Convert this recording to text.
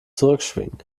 zurückschwingen